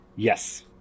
Yes